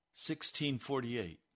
1648